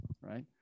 right